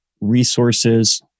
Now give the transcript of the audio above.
resources